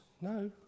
No